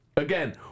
Again